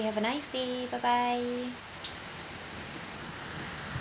have a nice day bye bye